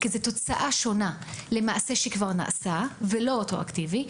כי זאת תוצאה שונה שלמעשה כבר נעשתה ולא רטרואקטיבי.